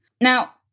Now